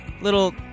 little